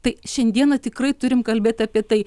tai šiandieną tikrai turim kalbėti apie tai